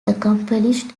accomplished